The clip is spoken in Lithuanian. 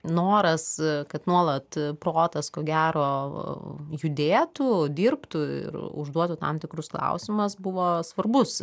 noras kad nuolat protas ko gero judėtų dirbtų ir užduotų tam tikrus klausimas buvo svarbus